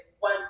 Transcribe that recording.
One